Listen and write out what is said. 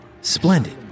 splendid